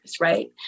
right